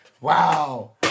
Wow